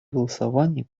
голосовании